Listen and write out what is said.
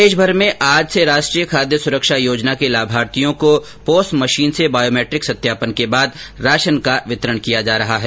प्रदेशमर में आज से राष्ट्रीय खाद्य सुरक्षा योजना के लाभार्थियों को पोस मशीन से बायोमैट्रिक सत्यापन के बाद राशन का वितरण किया जा रहा है